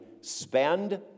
spend